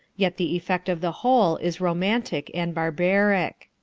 yet the effect of the whole is romantic and barbaric.